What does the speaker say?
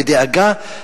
בדאגה,